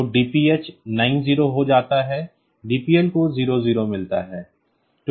तो DPH 90 हो जाता है DPL को 00 मिलता है